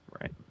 Right